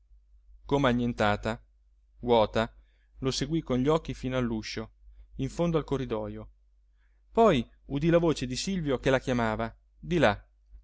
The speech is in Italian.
come annientata vuota lo seguì con gli occhi fino all'uscio in fondo al corridojo poi udì la voce di silvio che la chiamava di là